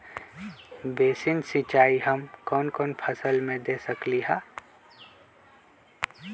Basin सिंचाई हम कौन कौन फसल में दे सकली हां?